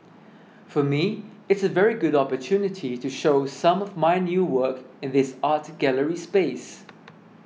for me it's a very good opportunity to show some of my new work in this art gallery space